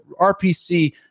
RPC